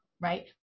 right